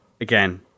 again